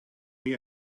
mir